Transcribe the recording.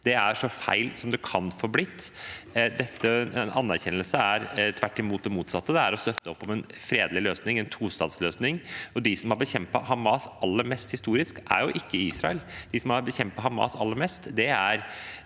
Det er så feil som det kan få blitt. En anerkjennelse er tvert imot det motsatte. Det er å støtte opp om en fredelig løsning, en tostatsløsning, og de som historisk har bekjempet Hamas aller mest, er jo ikke Israel. De som har bekjempet Hamas aller mest, er